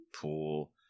pool